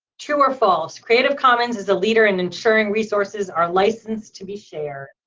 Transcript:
true or false. creative commons is a leader in ensuring resources are licensed to be shared.